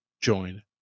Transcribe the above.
join